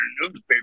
newspaper